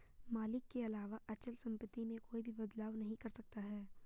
मालिक के अलावा अचल सम्पत्ति में कोई भी बदलाव नहीं कर सकता है